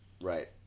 Right